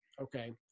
okay